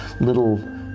little